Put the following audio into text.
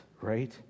right